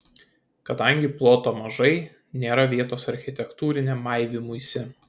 kadangi ploto mažai nėra vietos architektūriniam maivymuisi